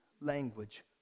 language